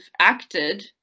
acted